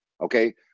okay